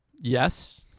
Yes